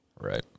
Right